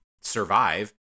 survive